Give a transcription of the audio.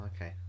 okay